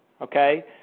Okay